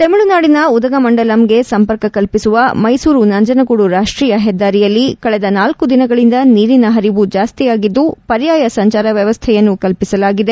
ತಮಿಳಿನಾಡಿನ ಉದಗಮಂಡಲಂಗೆ ಸಂಪರ್ಕ ಕಲ್ಪಿಸುವ ಮೈಸೂರು ನಂಜನಗೂಡು ರಾಷ್ಟೀಯ ಹೆದ್ದಾರಿಯಲ್ಲಿ ಕಳೆದ ನಾಲ್ಕು ದಿನಗಳಿಂದ ನೀರಿನ ಹರಿವು ಜಾಸ್ತಿಯಾಗಿದ್ದು ಪರ್ಯಾಯ ಸಂಚಾರ ವ್ಯವಸ್ಥೆಯನ್ನು ಕಲ್ಪಿಸಲಾಗಿದೆ